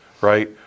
right